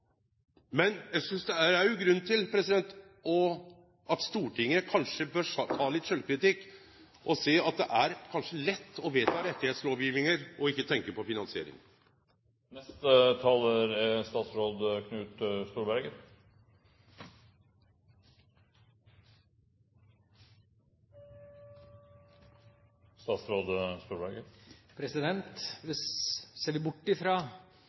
Men eg synest òg at Stortinget kanskje burde ta litt sjølvkritikk og sjå at det kanskje er lett å vedta lovfesta rettar og ikkje tenkje på finansieringa. Ser vi bort fra de ordene som er